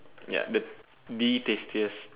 ya the the tastiest